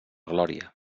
glòria